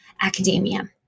academia